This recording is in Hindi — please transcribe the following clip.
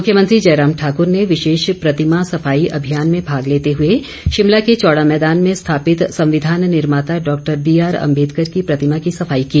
मुख्यमंत्री जयराम ठाकूर ने विशेष प्रतिमा सफाई अभियान में भाग लेते हुए शिमला के चौड़ा मैदान में स्थापित संविधान निर्माता डॉक्टर बीआर अम्बेदकर की प्रतिमा की सफाई की